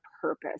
purpose